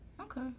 Okay